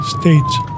States